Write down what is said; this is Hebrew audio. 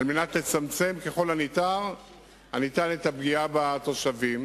על מנת לצמצם ככל הניתן את הפגיעה בתושבים.